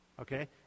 okay